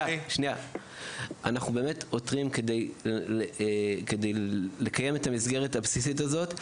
אנחנו עותרים כדי לקיים את המסגרת הבסיסית הזאת,